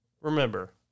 remember